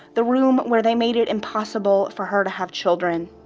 the room where they made it impossible for her to have children.